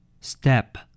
Step